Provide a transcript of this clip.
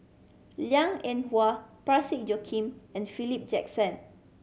Liang Eng Hwa Parsick Joaquim and Philip Jackson